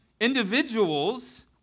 individuals